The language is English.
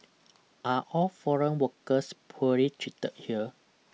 are all foreign workers poorly treated here